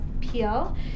Peel